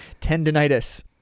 tendinitis